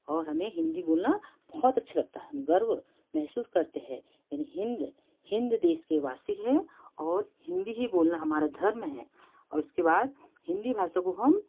और हमें हिंदी बोलना बहुत अच्छा लगता है हम गर्व महसूस करते हैं यानी हिंद हिंद देश के वासी हैं और हिंदी ही बोलना हमारा धर्म है और उसके बाद हिंदी भाषा को हम